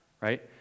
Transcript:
right